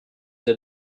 êtes